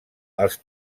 els